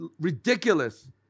ridiculous